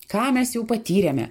ką mes jau patyrėme